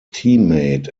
teammate